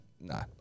No